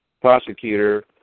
prosecutor